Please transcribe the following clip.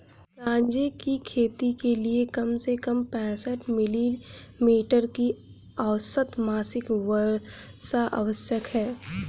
गांजे की खेती के लिए कम से कम पैंसठ मिली मीटर की औसत मासिक वर्षा आवश्यक है